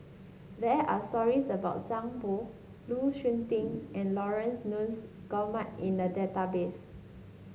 there are stories about Zhang Bohe Lu Suitin and Laurence Nunns Guillemard in the database